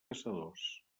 caçadors